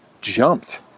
jumped